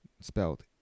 spelled